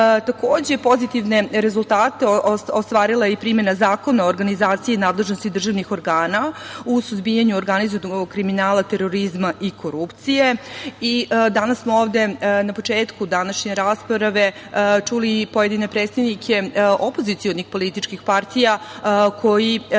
pozitivne rezultate ostvarila je i primena Zakona o organizaciji i nadležnosti državnih organa u suzbijanju organizovanog kriminala, terorizma i korupcije. Danas smo ovde, na početku današnje rasprave, čuli i pojedine predstavnike opozicionih političkih partija koji